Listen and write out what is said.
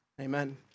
Amen